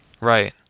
Right